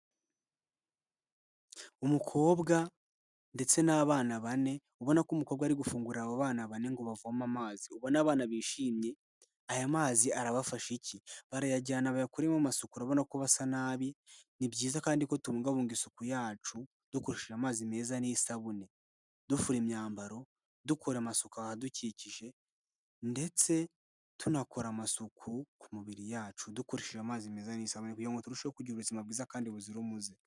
Umukobwa ndetse n'abana bane ubona ko umukobwa ari gufungurira abo bana bane ngo bavoma amazi. Ubona abana bishimye, aya mazi arabafasha iki ? Barayajyana bayakoremo amasuku urabona ko basa nabi. Ni byiza kandi ko tubungabunga isuku yacu dukoresheje amazi meza n'isabune dufura imyambaro, dukora amasuka ahadukikije ndetse tunakora amasuku ku mibiri yacu, dukoresheje amazi meza isanzwe kugira ngo turusheho kugira ubuzima bwiza kandi buzira umuze.